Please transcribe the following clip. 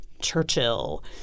Churchill